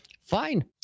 Fine